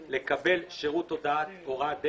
קבלת שירות הודעת הוראת דרך,